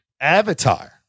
Avatar